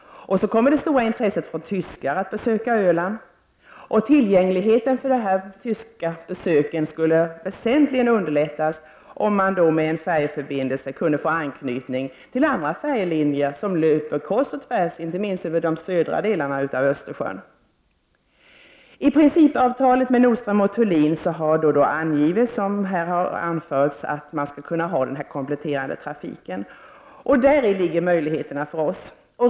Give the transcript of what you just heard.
Härtill kommer det stora intresset för tyskar att besöka Öland. Tillgängligheten för dem skulle väsentligen underlättas om de med en färjeförbindelse kunde få anknytning till andra färjelinjer som löper kors och tvärs över Östersjön, inte minst över de södra delarna. I principavtalet med Nordström & Thulin har angivits att den kompletterande trafiken skulle kunna förekomma. Däri ligger möjligheter för oss.